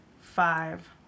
Five